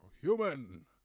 human